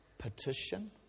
petition